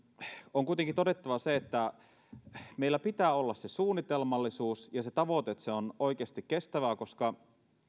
on kuitenkin todettava se että meillä pitää olla se suunnitelmallisuus ja se tavoite että se on oikeasti kestävää koska